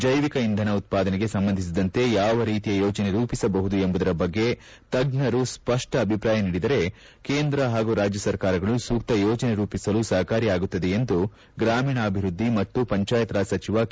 ಜೈವಿಕ ಇಂಧನ ಉತ್ಪಾದನೆಗೆ ಸಂಬಂಧಿಸಿದಂತೆ ಯಾವ ರೀತಿಯ ಯೋಜನೆ ರೂಪಿಸಬಹುದು ಎಂಬುದರ ಬಗ್ಗೆ ತಜ್ಞರು ಸ್ಪಷ್ನ ಅಭಿಪ್ರಾಯ ನೀಡಿದರೆ ಕೇಂದ್ರ ಹಾಗೂ ರಾಜ್ಯ ಸರ್ಕಾರಗಳು ಸೂಕ್ತ ಯೋಜನೆ ರೂಪಿಸಲು ಸಪಕಾರಿಯಾಗುತ್ತದೆ ಎಂದು ಗ್ರಮೀಣಾಭಿವೃದ್ದಿ ಮತ್ತು ಪಂಚಾಯತ್ ರಾಜ್ ಸಚಿವ ಕೆ